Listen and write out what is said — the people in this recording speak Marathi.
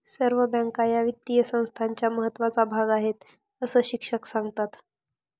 सर्व बँका या वित्तीय संस्थांचा महत्त्वाचा भाग आहेत, अस शिक्षक सांगतात